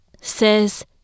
says